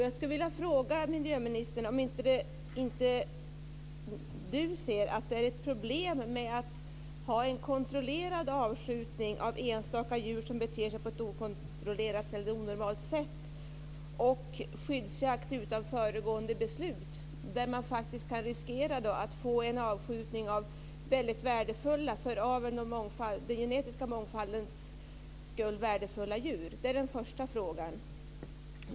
Jag skulle vilja fråga miljöministern om inte han ser att det är ett problem med att ha en kontrollerad avskjutning av enstaka djur som beter sig på ett okontrollerat och onormalt sätt och skyddsjakt utan föregående beslut där man faktiskt kan riskera att få en avskjutning av djur som är väldigt värdefulla för aveln och den genetiska mångfaldens skull. Det är den första frågan.